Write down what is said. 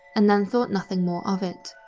and then thought nothing more of it.